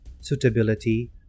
suitability